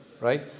right